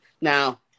Now